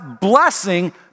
blessing